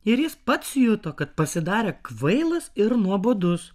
ir jis pats juto kad pasidarė kvailas ir nuobodus